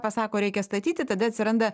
pasako reikia statyti tada atsiranda